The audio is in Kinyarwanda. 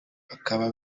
bakaba